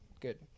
Good